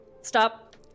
Stop